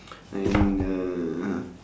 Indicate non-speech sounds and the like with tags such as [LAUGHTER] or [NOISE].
[NOISE] and uh